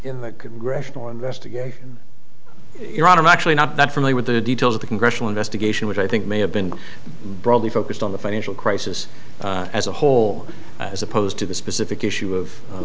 in the congressional investigation your honor i'm actually not that familiar with the details of the congressional investigation which i think may have been broadly focused on the financial crisis as a whole as opposed to the specific issue of